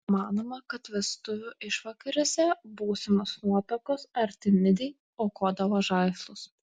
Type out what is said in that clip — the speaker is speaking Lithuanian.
manoma kad vestuvių išvakarėse būsimos nuotakos artemidei aukodavo žaislus